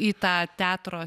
į tą teatro